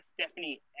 Stephanie